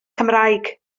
cymraeg